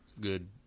good